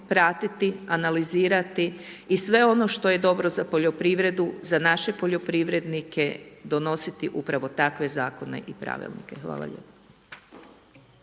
pratiti, analizirati i sve ono što je dobro za poljoprivredu, za naše poljoprivrednike donositi upravo takve zakone i pravilnike. Hvala lijepo.